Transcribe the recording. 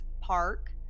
Park